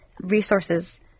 resources